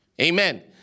Amen